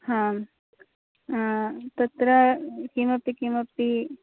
आं तत्र किमपि किमपि